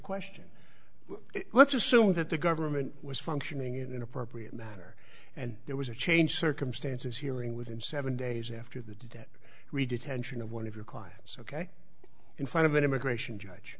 question let's assume that the government was functioning in an appropriate manner and there was a change circumstances hearing within seven days after the death retention of one of your clients ok in front of an immigration